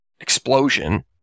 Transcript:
explosion